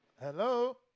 Hello